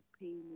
pain